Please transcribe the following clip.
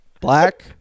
black